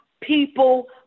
people